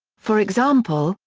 for example,